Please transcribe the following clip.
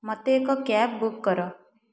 ମୋତେ ଏକ cab book କର